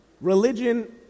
Religion